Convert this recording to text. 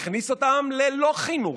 הכניס אותם ללא חינוך,